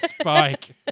Spike